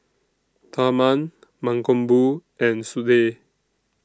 Tharman Mankombu and Sudhir